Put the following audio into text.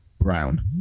Brown